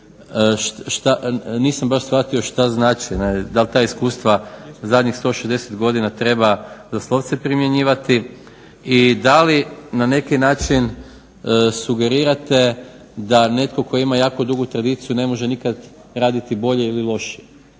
nisam baš shvatio šta znači. Da li ta iskustva zadnjih 160 godina treba doslovce primjenjivati i da li na neki način sugerirate da netko tko ima jako dugu tradiciju ne može nikad raditi bolje ili lošije.